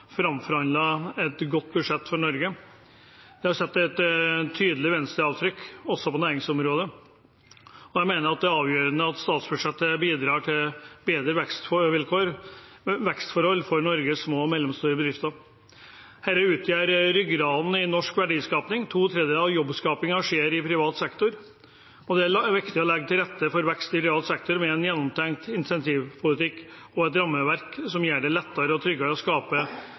framforhandlet et godt budsjett for Norge. Det er satt et tydelig Venstre-avtrykk også på næringsområdet. Jeg mener det er avgjørende at statsbudsjettet bidrar til bedre vekstforhold for Norges små og mellomstore bedrifter. Dette utgjør ryggraden i norsk verdiskaping. To tredjedeler av jobbskapingen skjer i privat sektor. Det er viktig å legge til rette for vekst i privat sektor med en gjennomtenkt incentivpolitikk og et rammeverk som gjør det lettere og tryggere å skape